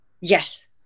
yes